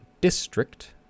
district